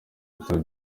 bitaro